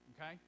Okay